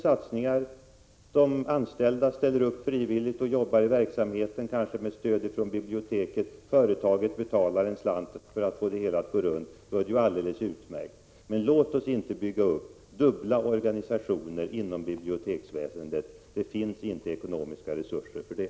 Om de anställda ställer upp och arbetar frivilligt i verksamheten, kanske med stöd från biblioteket, eller om företaget betalar en slant för att få det hela att gå runt, är det alldeles utmärkt. Men låt oss inte bygga upp dubbla organisationer inom biblioteksväsendet. Det finns inte ekonomiska resurser för det.